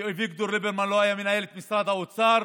ואביגדור ליברמן לא היה מנהל את משרד האוצר,